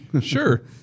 Sure